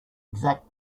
exact